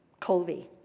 COVID